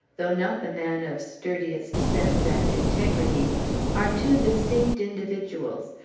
though not the man of sturdiest sense and integrity are two distinct individuals,